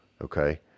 Okay